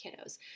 kiddos